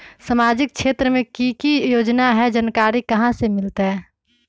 सामाजिक क्षेत्र मे कि की योजना है जानकारी कहाँ से मिलतै?